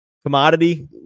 Commodity